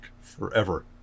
forever